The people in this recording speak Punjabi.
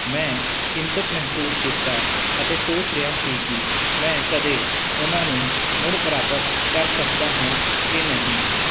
ਮੈਂ ਚਿੰਤਿਤ ਮਹਿਸੂਸ ਕੀਤਾ ਅਤੇ ਸੋਚ ਰਿਹਾ ਸੀ ਕਿ ਮੈਂ ਕਦੇ ਉਹਨਾਂ ਨੂੰ ਮੁੜ ਪ੍ਰਾਪਤ ਕਰ ਸਕਦਾ ਹਾਂ ਕਿ ਨਹੀਂ